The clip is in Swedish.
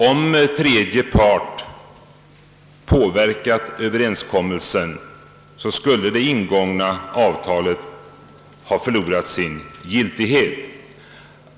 Om tredje part hade påverkat överenskommelsen, skulle det ingångna avtalet ha förlorat sin giltighet.